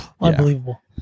Unbelievable